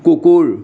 কুকুৰ